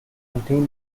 contain